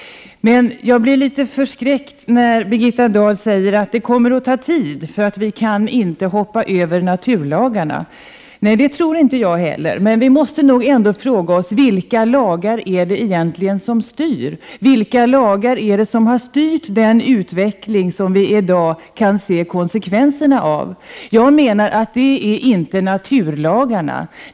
Men jag blir förskräckt när Birgitta Dahl säger att det kommer att ta tid därför att vi inte kan hoppa över naturlagarna. Nej, det tror inte jag heller. Vi måste nog ändå fråga oss: Vilka lagar är det egentligen som styr? Vilka lagar är det som har styrt den utveckling som vi i dag kan se konsekvenserna av? Jag menar att det är inte naturlagarna.